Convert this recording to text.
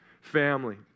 family